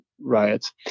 riots